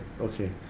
okay